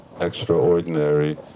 extraordinary